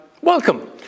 Welcome